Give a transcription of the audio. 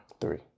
Three